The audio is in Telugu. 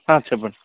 చెప్పండి